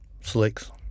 Slicks